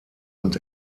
und